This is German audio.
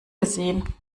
gesehen